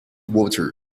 water